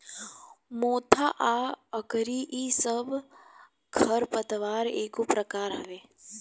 मोथा आ अकरी इ सब खर पतवार एगो प्रकार हवे